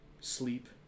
sleep